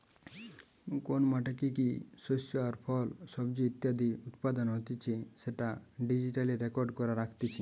কোন মাঠে কি কি শস্য আর ফল, সবজি ইত্যাদি উৎপাদন হতিছে সেটা ডিজিটালি রেকর্ড করে রাখতিছে